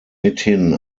mithin